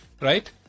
right